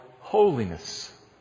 holiness